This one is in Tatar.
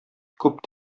күп